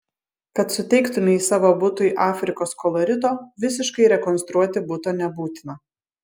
kad suteiktumei savo butui afrikos kolorito visiškai rekonstruoti buto nebūtina